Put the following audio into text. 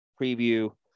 preview